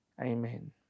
Amen